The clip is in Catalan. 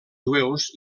jueus